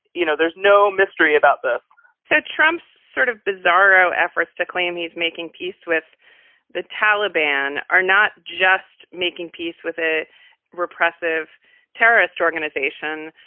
you know, there's no mystery about this so trump's sort of bizarro efforts to claim he's making peace with the taliban are not just making peace with a repressive terrorist organization,